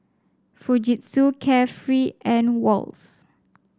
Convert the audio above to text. Fujitsu Carefree and Wall's